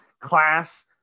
class